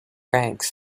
ranks